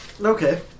Okay